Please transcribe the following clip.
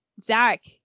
Zach